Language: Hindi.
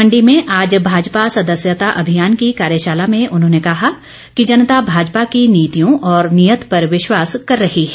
मण्डी में आज भाजपा सदस्यता अभियान की कार्यशाला में उन्होंने कहा कि जनता भाजपा की नीतियों और नीयत पर विश्वास कर रही है